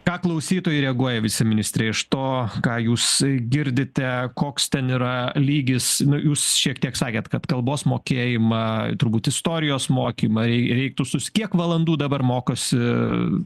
ką klausytojai reaguoja viceministre iš to ką jūs girdite koks ten yra lygis jūs šiek tiek sakėt kad kalbos mokėjimą turbūt istorijos mokymą ei reiktų sus kiek valandų dabar mokosi